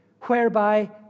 whereby